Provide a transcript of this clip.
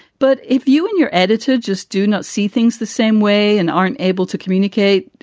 but if you and your editor just do not see things the same way and aren't able to communicate.